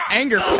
anger